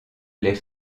les